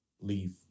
Leave